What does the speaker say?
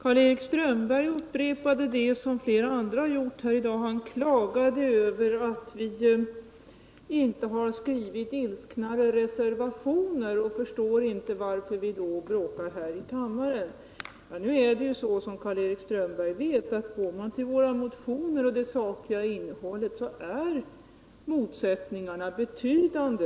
Herr talman! I likhet med flera andra talare i dag klagade Karl-Erik Strömberg över att vi inte har skrivit ilsknare reservationer. Han förstår inte varför vi då bråkar här i kammaren. Som Karl-Erik Strömberg vet visar det sakliga innehållet i våra motioner att motsättningarna är betydande.